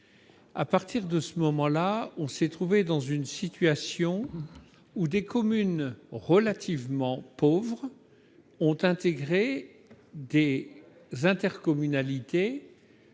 À partir de là, il s'est trouvé des situations où des communes relativement pauvres ont intégré des intercommunalités